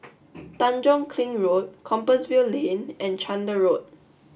Tanjong Kling Road Compassvale Lane and Chander Road